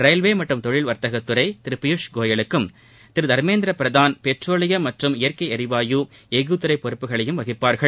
railway மற்றும் தொழில் வா்த்தகத்துறை திரு பியூஷ் கோயலுக்கும் திரு தர்மேந்திர பிரதான் பெட்ரோலியம் மற்றும் இயற்கை எரிவாயு எஃகு துறை பொறுப்புகளையும் வகிப்பார்கள்